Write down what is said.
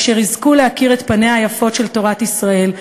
אשר יזכו להכיר את פניה היפות של תורת ישראל,